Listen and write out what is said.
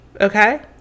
Okay